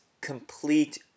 complete